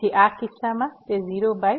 તેથી આ કિસ્સામાં તે 0 બાય 0 છે